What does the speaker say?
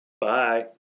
Bye